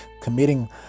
committing